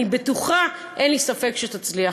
אני בטוחה, אין לי ספק שתצליח.